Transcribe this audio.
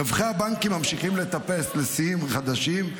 רווחי הבנקים ממשיכים לטפס לשיאים חדשים,